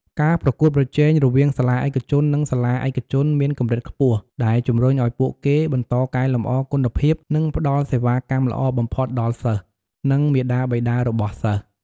ការប្រកួតប្រជែងរវាងសាលាឯកជននិងសាលាឯកជនមានកម្រិតខ្ពស់ ដែលជំរុញឱ្យពួកគេ បន្តកែលម្អគុណភាព និងផ្តល់សេវាកម្មល្អបំផុតដល់សិស្ស និងមាតាបិតារបស់សិស្ស។